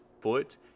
foot